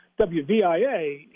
WVIA